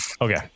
Okay